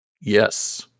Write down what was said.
Yes